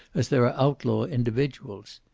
as there are outlaw individuals?